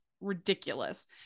ridiculous